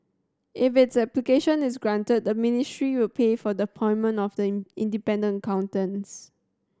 if its application is granted the ministry will pay for the appointment of the independent accountants